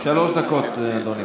שלוש דקות, אדוני.